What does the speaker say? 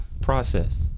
process